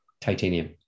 Titanium